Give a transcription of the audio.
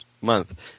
month